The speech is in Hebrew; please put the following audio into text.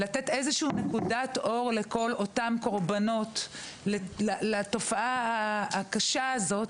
לתת איזושהי נקודת אור לכל אותן קורבנות לתופעה הקשה הזאת,